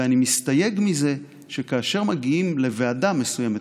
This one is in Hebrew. ואני מסתייג מזה שכאשר מגיעים לוועדה מסוימת,